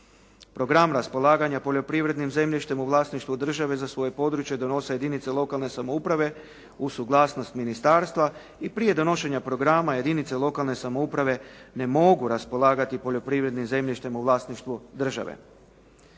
Program raspolaganja poljoprivrednim zemljištem u vlasništvu države za svoje područje donese jedinice lokalne samouprave uz suglasnost ministarstva i prije donošenja programa jedinice lokalne samouprave ne mogu raspolagati poljoprivrednim zemljištem u vlasništvu države.